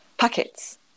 packets